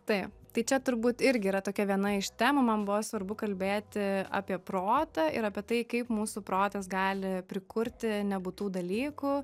taip tai čia turbūt irgi yra tokia viena iš temų man buvo svarbu kalbėti apie protą ir apie tai kaip mūsų protas gali prikurti nebūtų dalykų